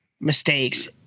mistakes